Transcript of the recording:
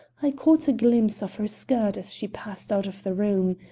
i caught a glimpse of her skirt as she passed out of the room.